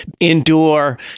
endure